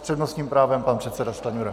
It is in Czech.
S přednostním právem pan předseda Stanjura.